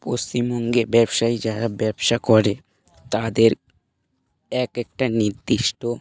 পশ্চিমবঙ্গে ব্যবসায়ী যারা ব্যবসা করে তাদের এক একটা নির্দিষ্ট